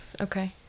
okay